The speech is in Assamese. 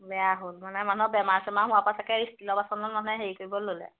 বেয়া হ'ল মানে মানুহ বেমাৰ চেমাৰ হোৱাৰ পৰা চাগে ষ্টিলৰ বাচনত চাগে মানুহে হেৰি কৰিব ল'লে